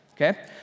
Okay